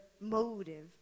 motive